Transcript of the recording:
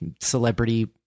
celebrity